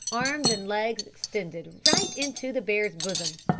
arms and legs extended, right into the bear's bosom.